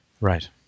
Right